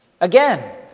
Again